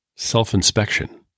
Self-inspection